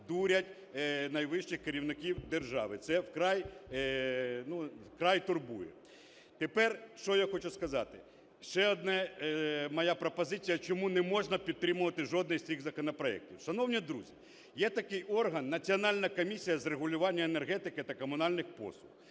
дурять найвищих керівників держави, це вкрай… ну вкрай турбує. Тепер що я хочу сказати? Ще одна моя пропозиція, чому не можна підтримувати жодний з цих законопроектів. Шановні друзі, є такий орган – Національна комісія з регулювання енергетики та комунальних послуг.